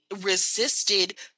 resisted